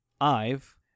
IVE